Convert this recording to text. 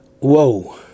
Whoa